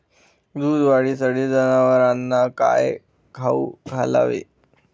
दूध वाढीसाठी जनावरांना काय खाऊ घालावे?